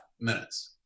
minutes